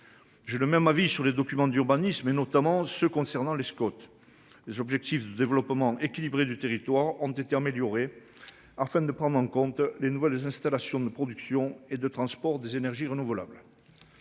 J'ai le même avis sur les documents d'urbanisme et notamment ceux concernant les Scott. Les objectifs de développement équilibré du territoire ont été améliorés afin de prendre en compte les nouvelles installations de production et de transport des énergies renouvelables.